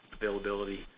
availability